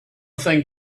thing